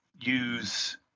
use